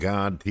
God